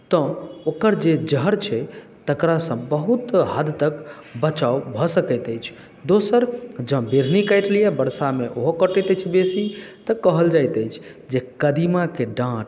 तऽ ओकर जे जहर छै तकरासँ बहुत हद तक बचाव भऽ सकैत अछि दोसर जंँ बिढ़नी काटि लिए वर्षामे ओहो कटैत अछि बेसी तऽ कहल जाइत अछि जे कदीमाके डाँट